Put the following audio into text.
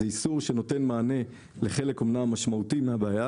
הוא איסור שנותן מענה אומנם לחלק משמעותי מהבעיה,